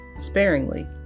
sparingly